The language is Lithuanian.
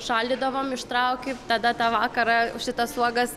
šaldydavom ištrauki tada tą vakarą šitas uogas